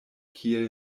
kiel